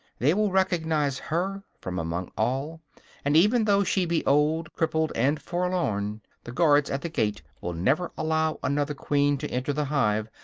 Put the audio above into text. they will recognize her from among all and even though she be old, crippled and forlorn, the guards at the gate will never allow another queen to enter the hive,